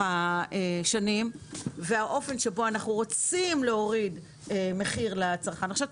השנים והאופן שבו אנחנו רוצים להוריד מחיר לצרכן אתה